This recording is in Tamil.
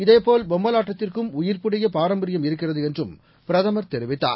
இதேபோல் பொம்மலாட்டத்திற்கும் உயிர்ப்புடைய பாரம்பரியம் இருக்கிறது என்றும் பிரதமர் கூறினார்